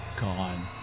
gone